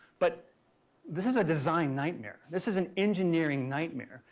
but this is a design nightmare. this is an engineering nightmare.